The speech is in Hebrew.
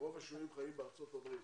רוב השוהים חיים בארצות הברית.